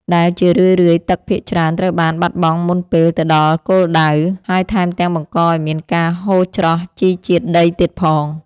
ដែលជារឿយៗទឹកភាគច្រើនត្រូវបានបាត់បង់មុនពេលទៅដល់គោលដៅ ហើយថែមទាំងបង្កឱ្យមានការហូរច្រោះជីជាតិដីទៀតផង។